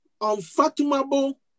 unfathomable